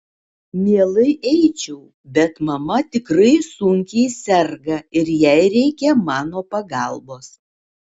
mielai eičiau bet mama tikrai sunkiai serga ir jai reikia mano pagalbos